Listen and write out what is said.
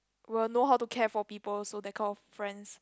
will know how to care for people so that kind of friends